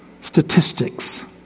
statistics